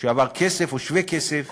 שעבר כסף או שווה-כסף